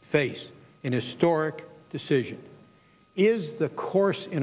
face in historic decisions is the course in